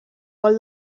gol